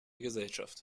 gesellschaft